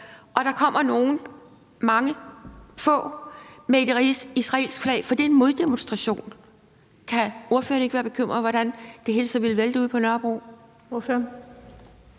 og der kommer nogen – mange, få – med et israelsk flag, for det er en moddemonstration, kan ordføreren så ikke være bekymret for, hvordan det hele så ville vælte ude på Nørrebro?